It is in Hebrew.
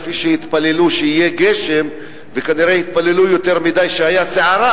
כפי שהתפללו שיהיה גשם וכנראה התפללו יותר מדי והיתה סערה,